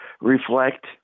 reflect